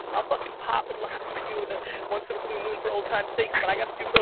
i'll fucking pop and lock for you and once in a blue moon for old time's sake, but i gotta do but